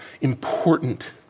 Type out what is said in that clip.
important